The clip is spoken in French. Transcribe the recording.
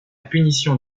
punition